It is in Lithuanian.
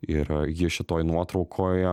ir ji šitoj nuotraukoj